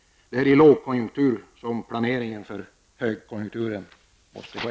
Det är i lågkonjunkturen som planeringen för högkonjunkturen måste ske.